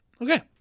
Okay